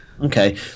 Okay